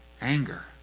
anger